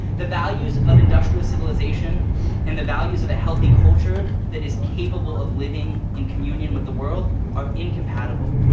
the values of industrial civilization and the values of a healthy culture that is capable of living in communion with the world are incompatible.